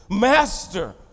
Master